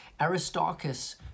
Aristarchus